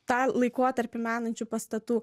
tą laikotarpį menančių pastatų